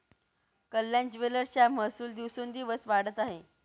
कल्याण ज्वेलर्सचा महसूल दिवसोंदिवस वाढत आहे